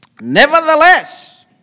Nevertheless